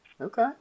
Okay